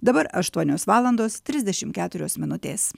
dabar aštuonios valandos trisdešimt keturios minutės